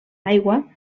aigua